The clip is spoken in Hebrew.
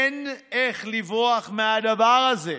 "אין איך לברוח מהדבר הזה".